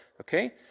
Okay